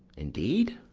indeed?